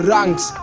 Ranks